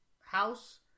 House